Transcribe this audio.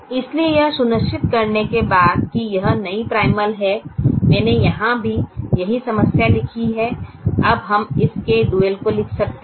इसलिए यह सुनिश्चित करने के बाद कि यह नई प्राइमल है मैंने यहाँ भी यही समस्या लिखी है अब हम इस के डुअल को लिख सकते हैं